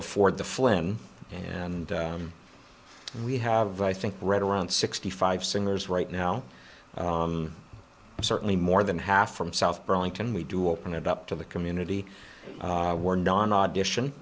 afford the flynn and we have i think right around sixty five singers right now and certainly more than half from south burlington we do open it up to the community were non audition